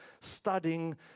studying